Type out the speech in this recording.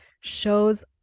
shows